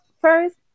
first